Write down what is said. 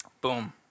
Boom